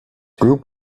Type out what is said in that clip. group